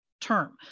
term